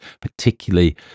particularly